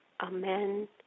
amen